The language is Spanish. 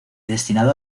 destinado